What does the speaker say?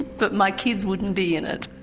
but my kids wouldn't be in it.